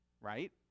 right